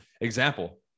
example